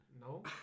No